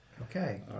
okay